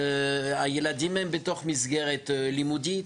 והילדים הם בתוך מסגרת לימודית.